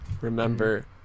remember